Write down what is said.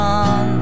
on